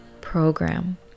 program